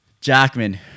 jackman